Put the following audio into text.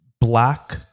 black